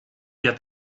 and